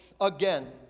again